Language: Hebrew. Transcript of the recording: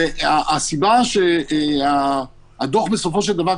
הסיבה שהדוח בסופו של דבר,